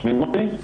שומעים אותי?